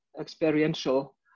experiential